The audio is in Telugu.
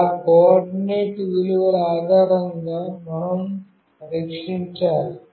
ఆ కోఆర్డినేట్ విలువల ఆధారంగా మనం పరీక్షించాలి